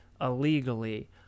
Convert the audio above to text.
illegally